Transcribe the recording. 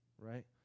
Right